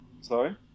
Sorry